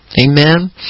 Amen